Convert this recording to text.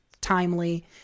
timely